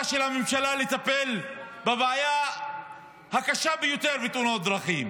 של הממשלה לטפל בבעיה הקשה ביותר בתאונות דרכים,